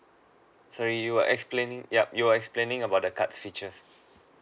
sorry you were explaining yup you were explaining about the cards features